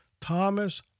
Thomas